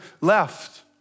left